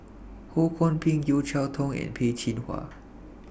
Ho Kwon Ping Yeo Cheow Tong and Peh Chin Hua